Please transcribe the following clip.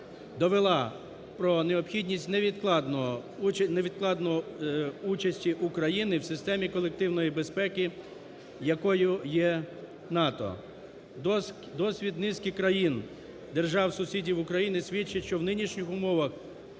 довела про необхідність невідкладної участі України в системі колективної безпеки, якою є НАТО. Досвід низки країн, держав-сусідів України, свідчить, що в нинішніх умовах